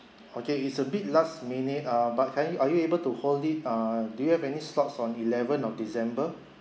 okay it's a bit last minute ah but can you are you able to hold it err do you have any slots on eleven of december